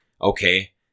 okay